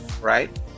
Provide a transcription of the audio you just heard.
right